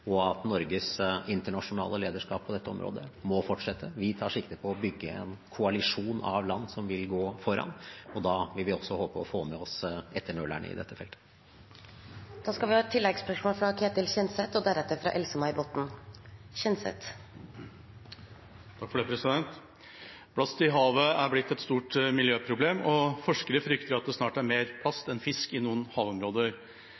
og at Norges internasjonale lederskap på dette området må fortsette. Vi tar sikte på å bygge en koalisjon av land som vil gå foran, og da håper vi å få med oss også etternølerne på dette feltet. Det åpnes for oppfølgingsspørsmål – først Ketil Kjenseth. Plast i havet er blitt et stort miljøproblem, og forskere fryktet at det snart er mer